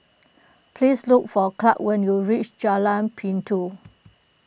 please look for Clarke when you reach Jalan Pintau